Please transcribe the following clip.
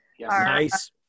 nice